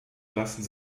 lassen